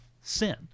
sin